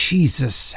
Jesus